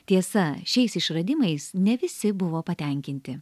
tiesa šiais išradimais ne visi buvo patenkinti